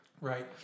Right